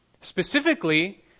Specifically